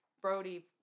Brody